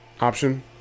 option